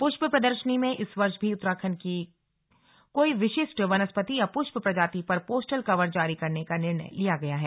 पुष्प प्रदर्शनी में इस वर्ष भी उत्तराखण्ड की कोई विशिष्ट वनस्पति या पुष्प प्रजाति पर पोस्टल कवर जारी करने का निर्णय लिया गया है